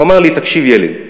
הוא אמר לי: תקשיב ילד,